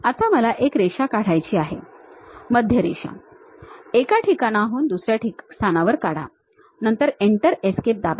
आता मला एक रेषा काढायची आहे मध्यरेषा एका ठिकाणाहून दुसऱ्या स्थानावर काढा नंतर Enter Escape दाबा